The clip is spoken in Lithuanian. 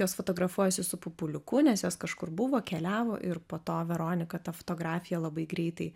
jos fotografuojasi su pupuliuku nes jos kažkur buvo keliavo ir po to veronika ta fotografija labai greitai